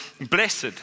blessed